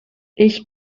ich